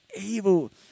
evil